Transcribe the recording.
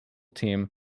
team